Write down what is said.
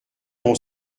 mon